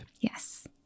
Yes